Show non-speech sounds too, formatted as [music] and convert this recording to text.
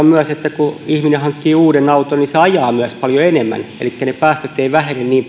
[unintelligible] myös että kun ihminen hankkii uuden auton niin se ajaa myös paljon enemmän elikkä ne päästöt eivät vähene niin